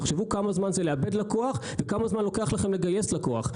תחשבו כמה זמן זה לאבד לקוח וכמה זמן לוקח לכם לגייס לקוח.